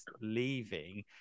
leaving